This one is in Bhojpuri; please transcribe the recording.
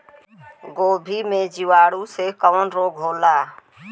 गोभी में जीवाणु से कवन रोग होला?